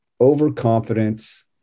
overconfidence